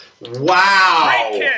Wow